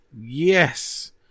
yes